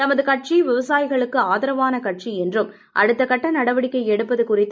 தமது கட்சி விவசாயிகளுக்கு ஆதரவான கட்சி என்றும் அடுத்தகட்ட நடவடிக்கை எடுப்பது குறித்து